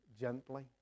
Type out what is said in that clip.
gently